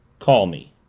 call me.